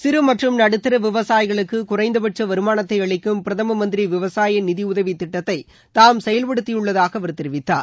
சிறு மற்றும் நடுத்தர விவசாயிகளுக்கு குறைந்த பட்ச வருமானத்தை அளிக்கும் பிரதம மந்திரி விவசாய நிதியுதவி திட்டத்தை தாம் செயல்படுத்தியுள்ளதாக அவர் தெரிவித்தார்